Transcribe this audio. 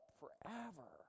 forever